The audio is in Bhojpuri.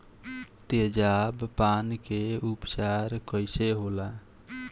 तेजाब पान के उपचार कईसे होला?